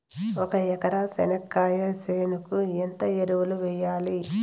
ఒక ఎకరా చెనక్కాయ చేనుకు ఎంత ఎరువులు వెయ్యాలి?